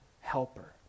helper